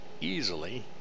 easily